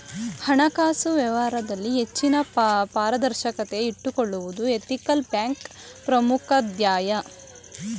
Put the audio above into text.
ಹಣಕಾಸು ವ್ಯವಹಾರದಲ್ಲಿ ಹೆಚ್ಚಿನ ಪಾರದರ್ಶಕತೆ ಇಟ್ಟುಕೊಳ್ಳುವುದು ಎಥಿಕಲ್ ಬ್ಯಾಂಕ್ನ ಪ್ರಮುಖ ಧ್ಯೇಯ